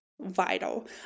vital